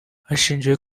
hashingiwe